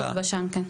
פרופסור אלבשן, בבקשה.